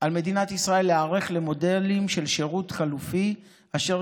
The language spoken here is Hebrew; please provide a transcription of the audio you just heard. על מדינת ישראל להיערך למודלים של שירות חלופי אשר